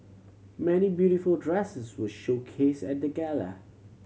many beautiful dresses were showcased at the gala